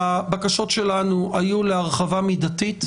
הבקשות שלנו היו להרחבה מידתית